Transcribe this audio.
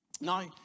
Now